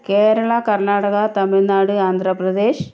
Kerala Karnataka Tamil Nadu Andhra Pradesh